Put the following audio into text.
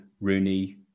Rooney